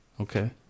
Okay